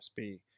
USB